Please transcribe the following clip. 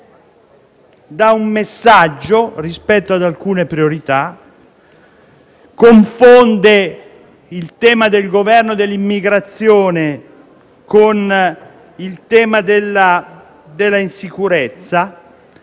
dà un messaggio rispetto ad alcune priorità; confonde il tema del governo dell'immigrazione con il tema dell'insicurezza